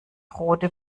rote